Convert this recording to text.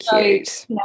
Cute